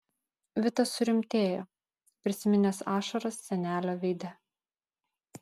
vitas surimtėjo prisiminęs ašaras senelio veide